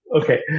Okay